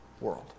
world